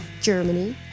Germany